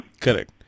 Correct